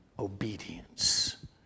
obedience